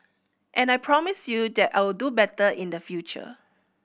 and I promise you that I will do better in the future